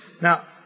Now